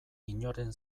inoren